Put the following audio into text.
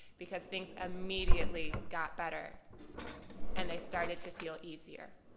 because things immediately got better and they started to feel easier.